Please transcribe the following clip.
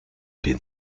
den